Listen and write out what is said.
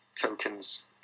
tokens